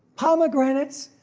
pomegranates,